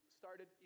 started